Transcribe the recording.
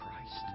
Christ